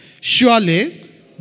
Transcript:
Surely